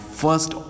first